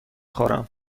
خورم